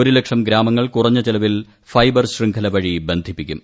ഒരു ലക്ഷം ഗ്രാമങ്ങൾ കുറഞ്ഞ ചെലവിൽ ഫൈബർ ശൃംഖല വഴി ബന്ധിപ്പിക്കും